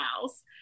house